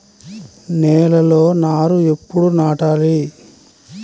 నేలలో నారు ఎప్పుడు నాటాలి?